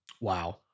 Wow